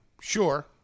Sure